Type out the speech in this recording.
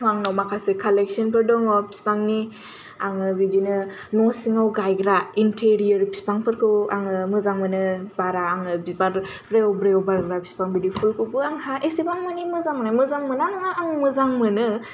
आंनाव माखासे कालेकस'नफोर दङ बिफांनि आङो बिदिनो न' सिङाव गायग्रा इनटिरियर बिफांफोरखौ आङो मोजां मोनो बारा आङो बिबार ब्रेव ब्रेव बारग्रा बिफां बिदि फुलखौबो आंहा एसेबां मानि मोजां मोना नङा आं मोजां मोनो